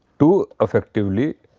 to effectively